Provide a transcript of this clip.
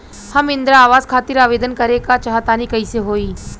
हम इंद्रा आवास खातिर आवेदन करे क चाहऽ तनि कइसे होई?